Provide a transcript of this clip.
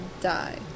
die